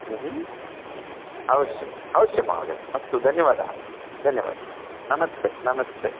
अवश्यम् अवश्यं महोदय अस्तु धन्यवादः धन्यवादः नमस्ते नमस्ते